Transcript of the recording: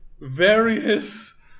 various